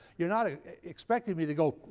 you're not ah expecting me to go